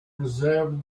preserves